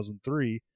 2003